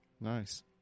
nice